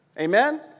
Amen